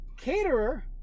caterer